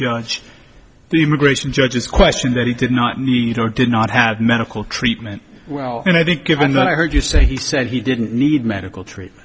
judge the immigration judges question that he did not need or did not have medical treatment well and i think given that i heard you say he said he didn't need medical